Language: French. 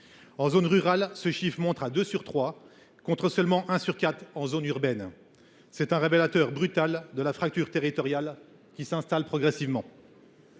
En zone rurale, ce chiffre s’élève à deux sur trois, contre seulement un sur quatre en zone urbaine : voilà un révélateur brutal de la fracture territoriale qui s’installe progressivement.